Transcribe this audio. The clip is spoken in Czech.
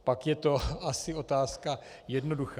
Pak je to asi otázka jednoduchá.